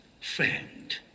Friend